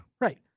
Right